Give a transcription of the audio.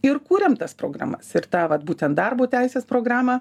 ir kūrėm tas programas ir tą vat būtent darbo teisės programą